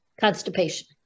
constipation